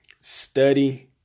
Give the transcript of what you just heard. study